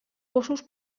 gossos